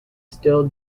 still